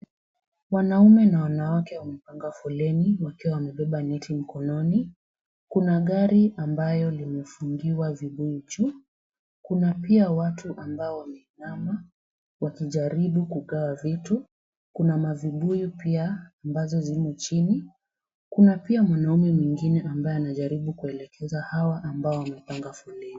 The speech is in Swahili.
Wanaume na wanawake wamepanga foleni wakiwa wamebeba neti mkononi. Kuna gari ambayo limefungiwa vibuyu juu. Kuna pia watu ambao wameinama wakijaribu kugawa vitu. Kuna mavibuyu pia ambazo zimo chini. Kuna pia mwanaume mwingine, ambaye anajaribu kuelekeza hawa ambao wamepanga foleni.